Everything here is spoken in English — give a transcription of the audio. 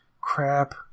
crap